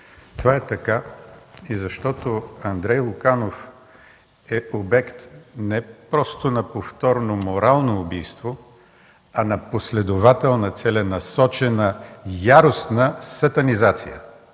това е така, защото Андрей Луканов е обект не просто на повторно морално убийство, а на последователна, целенасочена, яростна сатанизация.